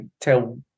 tell